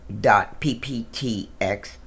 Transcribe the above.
.pptx